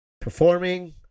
performing